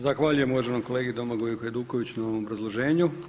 Zahvaljujem uvaženom kolegi Domagoju Hajdukoviću na ovom obrazloženju.